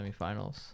semifinals